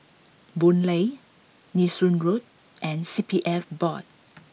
Boon Lay Nee Soon Road and C P F Board